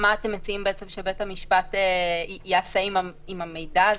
מה אתם מציעים שבית המשפט יעשה עם המידע הזה?